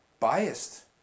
biased